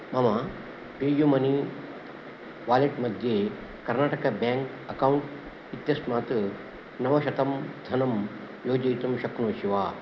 मम pay U money wallet मध्ये Karnataka bank account इत्यस्मात् नवशतम् धनं योजयितुं शक्नोषि वा